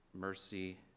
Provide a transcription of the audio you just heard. mercy